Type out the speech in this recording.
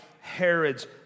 Herod's